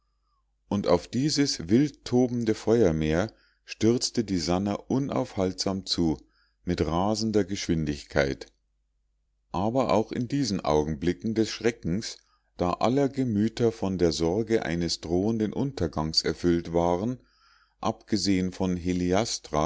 und auf dieses wildtobende feuermeer stürzte die sannah unaufhaltsam zu mit rasender geschwindigkeit aber auch in diesen augenblicken des schreckens da aller gemüter von der sorge eines drohenden untergangs erfüllt waren abgesehen von